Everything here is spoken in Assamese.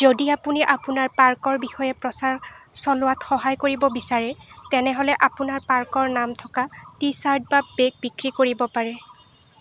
যদি আপুনি আপোনাৰ পাৰ্কৰ বিষয়ে প্ৰচাৰ চলোৱাত সহায় কৰিব বিচাৰে তেনেহ'লে আপোনাৰ পাৰ্কৰ নাম থকা টি চাৰ্ট বা বেগ বিক্ৰী কৰিব পাৰে